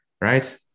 Right